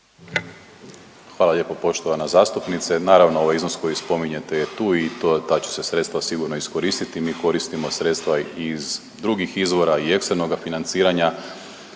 Hvala lijepo poštovana zastupnice. Naravno ovaj iznos koji spominjete je tu i ta će se sredstva sigurno iskoristiti. Mi koristimo sredstva i iz drugih izvora i eksternoga financiranja